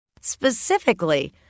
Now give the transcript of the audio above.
specifically